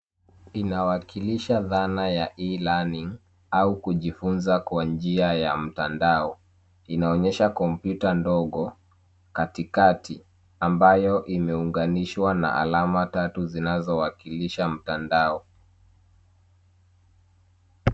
Inawakilisha dhana ya e-learning au kujifunza kwa njia ya mtandao inaonyesha kompyuta ndogo kati kati ambayo imeunganishwa na alama tatu zinazowakilisha mtandao